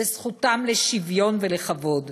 בזכותם לשוויון ולכבוד.